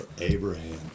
Abraham